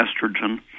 estrogen